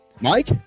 Mike